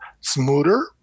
smoother